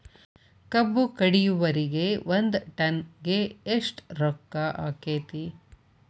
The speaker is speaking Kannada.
ಕಬ್ಬು ಕಡಿಯುವರಿಗೆ ಒಂದ್ ಟನ್ ಗೆ ಎಷ್ಟ್ ರೊಕ್ಕ ಆಕ್ಕೆತಿ?